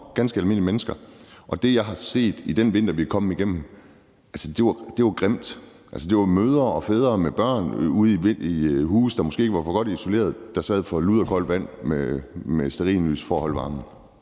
ganske almindelige mennesker, og det, jeg så i den vinter, vi er kommet igennem, var grimt. Altså, det var jo mødre og fædre med børn ude i huse, der måske ikke var for godt isoleret, som gik for lud og koldt vand og sad med stearinlys for at holde varmen.